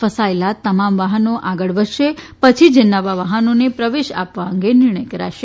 ફસાયેલાં તમામ વાહનો આગળ વધશે પછી જ નવાં વાહનોને પ્રવેશ આપવા અંગે નિર્ણય કરાશે